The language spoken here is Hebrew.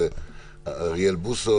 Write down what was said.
אוריאל בוסו,